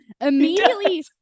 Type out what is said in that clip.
immediately